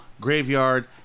graveyard